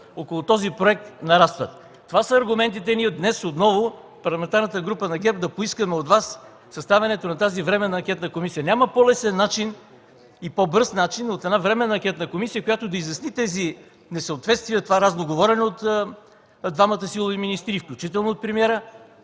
около този проект нарастват. Това са аргументите ни днес отново от Парламентарната група на ГЕРБ да поискаме от Вас съставянето на Временна анкетна комисия. Няма по-лесен и по-бърз начин от една Временна анкетна комисия, която да изясни тези несъответствия, това разноговорене от двамата силови министри, включително и от премиера,